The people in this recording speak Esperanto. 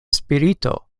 spirito